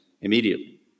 immediately